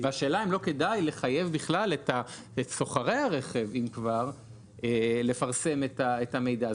והשאלה אם לא כדאי לחייב בכלל את סוחרי הרכב אם כבר לפרסם את המידע הזה.